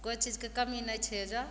कोइ चीजके कमी नहि छै एहिजाँ